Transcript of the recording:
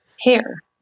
Hair